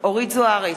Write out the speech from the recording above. אורית זוארץ,